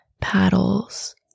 paddles